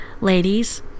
Ladies